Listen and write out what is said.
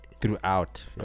Throughout